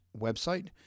website